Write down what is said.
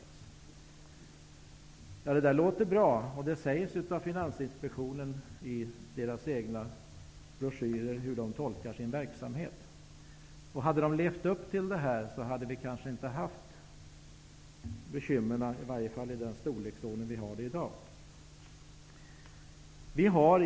Ja, det där låter bra, och det sägs alltså i Finansinspektionens egen broschyr hur inspektionen tolkar sin verksamhet. Hade man levt upp till detta, hade vi kanske inte haft några bekymmer, i varje fall inte av den storlek som vi i dag har.